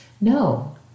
No